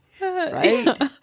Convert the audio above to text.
right